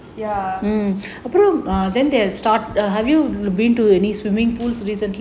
ya